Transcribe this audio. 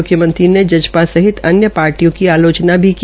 मुख्यमंत्री ने जजपा सहित अन्य पार्टियों की आलोचना भी की